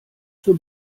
zur